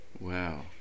Wow